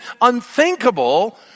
unthinkable